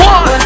One